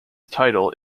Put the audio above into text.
title